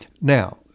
Now